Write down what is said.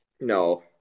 No